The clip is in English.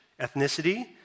ethnicity